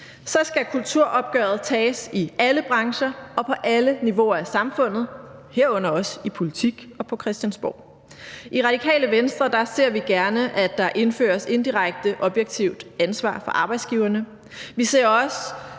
skal kulturopgøret tages i alle brancher og på alle niveauer af samfundet, herunder også i politik og på Christiansborg. I Radikale Venstre ser vi gerne, at der indføres et indirekte objektivt ansvar for arbejdsgiverne. Vi ser også